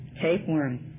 Tapeworm